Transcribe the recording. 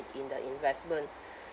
in the investment